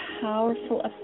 powerful